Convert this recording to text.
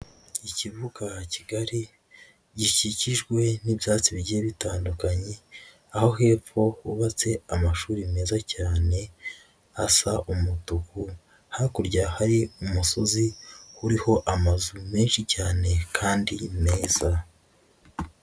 Ikibuga kigari, gikikijwe n'ibyatsi bigiye bitandukanye, aho hepfo hubatse amashuri meza cyane, hasa umutuku, hakurya hari umusozi uriho amazu menshi cyane kandi meza.